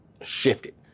shifted